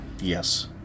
Yes